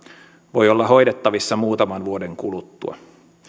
voi olla hoidettavissa muutaman vuoden kuluttua